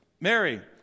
Mary